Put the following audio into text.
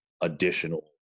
additional